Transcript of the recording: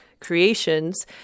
creations